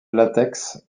latex